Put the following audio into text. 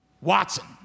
Watson